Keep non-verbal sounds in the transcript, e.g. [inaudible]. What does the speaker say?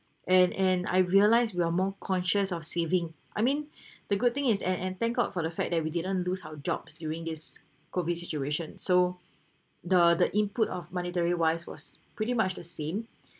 and and I realise we are more conscious of saving I mean [breath] the good thing is and and thank god for the fact that we didn't lose our jobs during this COVID situation so the the input of monetary wise was pretty much the same